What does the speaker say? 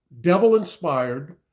devil-inspired